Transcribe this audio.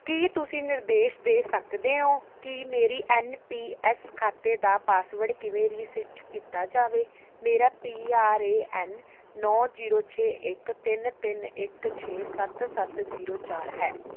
ਕੀ ਤੁਸੀਂ ਨਿਰਦੇਸ਼ ਦੇ ਸਕਦੇ ਹੋ ਕਿ ਮੇਰੇ ਐੱਨ ਪੀ ਐੱਸ ਖਾਤੇ ਦਾ ਪਾਸਵਰਡ ਕਿਵੇਂ ਰੀਸੈਟ ਕੀਤਾ ਜਾਵੇ ਮੇਰਾ ਪੀ ਆਰ ਏ ਐੱਨ ਨੌਂ ਜ਼ੀਰੋ ਛੇ ਇੱਕ ਤਿੰਨ ਤਿੰਨ ਇੱਕ ਛੇ ਸੱਤ ਸੱਤ ਜ਼ੀਰੋ ਚਾਰ ਹੈ